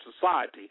society